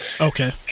Okay